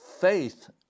faith